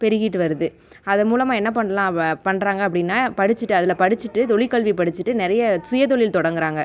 பெருகிட்டு வருது அதன் மூலமாக என்ன பண்ணலாம் பண்ணுறாங்க அப்படின்னா படிச்சுட்டு அதில் படிச்சுட்டு தொழில் கல்வியை படிச்சுட்டு நிறைய சுய தொழில் தொடங்கிறாங்க